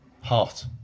hot